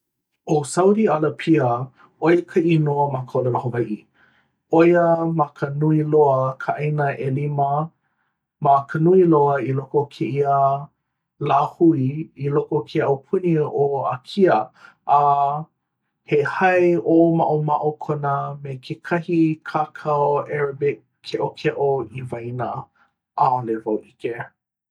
ʻo saudi ʻalapia, ʻoia ka inoa ma ka ʻōlelo hawaiʻi ʻoia, ma ka nui loa, ka ʻāina ʻelima ma ka nui loa i loko o kēia lāhui, i loko o kēia aupuni ʻo ʻākia a he hae ʻōmaʻomaʻo kona me kekahi kākau arabic keʻokeʻo i waena. ʻAʻole wau ʻike.